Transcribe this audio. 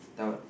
that I would